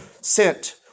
sent